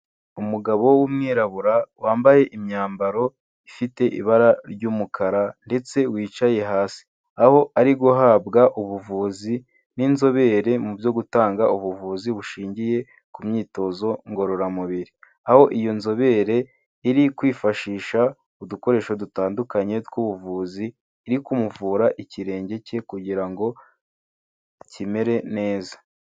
Umugabo w'umwirabura wambaye imyambaro ifite ibara ry'umukara ndetse wicaye hasi, aho ari guhabwa ubuvuzi n'inzobere mu byo gutanga ubuvuzi bushingiye ku myitozo ngororamubiri, aho iyo nzobere iri kwifashisha udukoresho dutandukanye tw'ubuvuzi, iri kumuvura ikirenge cye kugira ngo kimere neza.